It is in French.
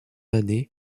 année